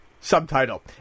Subtitle